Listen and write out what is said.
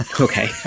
Okay